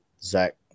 Zach